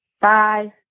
Bye